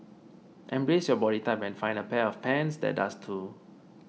embrace your body type and find a pair of pants that does too